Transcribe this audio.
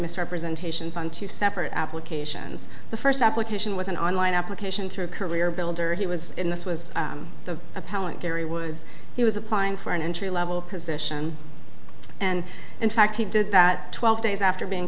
misrepresentations on two separate applications the first application was an online application through career builder he was in this was the appellant gary was he was applying for an entry level position and in fact he did that twelve days after being